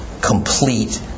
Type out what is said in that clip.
Complete